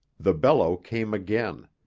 the bellow came again,